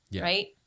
right